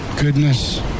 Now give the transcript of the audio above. goodness